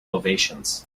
ovations